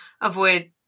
avoid